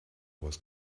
was